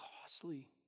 costly